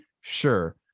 Sure